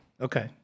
Okay